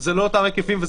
היקפים.